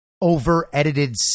over-edited